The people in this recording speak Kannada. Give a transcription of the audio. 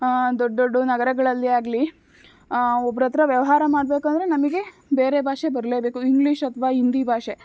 ದೊಡ್ಡ ದೊಡ್ಡ ನಗರಗಳಲ್ಲಿ ಆಗಲಿ ಒಬ್ರ ಹತ್ರ ವ್ಯವಹಾರ ಮಾಡಬೇಕಂದ್ರೆ ನಮಗೆ ಬೇರೆ ಭಾಷೆ ಬರಲೇಬೇಕು ಇಂಗ್ಲೀಷ್ ಅಥವಾ ಹಿಂದಿ ಭಾಷೆ